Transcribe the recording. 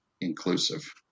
inclusive